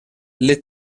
les